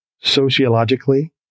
sociologically